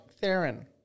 Theron